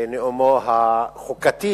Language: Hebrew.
נאומו החוקתי